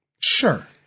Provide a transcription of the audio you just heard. Sure